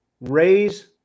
raise